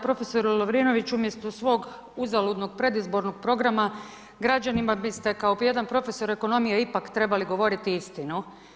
Profesore Lovrinoviću, umjesto svog uzaludnog predizbornog programa, građanima biste kao jedan profesor ekonomije ipak trebali govoriti istinu.